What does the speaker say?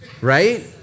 right